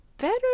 Better